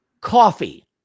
Coffee